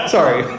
Sorry